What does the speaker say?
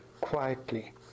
quietly